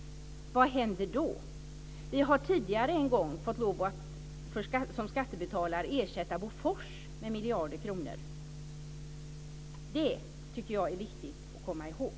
Vad händer då? Vi skattebetalare har tidigare en gång fått lov att ersätta Bofors med miljarder kronor. Det tycker jag är viktigt att komma ihåg.